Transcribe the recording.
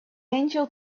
angel